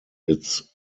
its